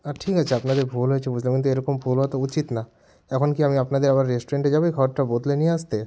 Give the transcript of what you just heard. হ্যাঁ ঠিক আছে আপনাদের ভুল হয়েছে বুঝলাম কিন্তু এরকম ভুল হওয়া তো উচিত না এখন কি আমি আপনাদের আবার রেস্টুরেন্টে যাব এই খাওয়ারটা বদলে নিয়ে আসতে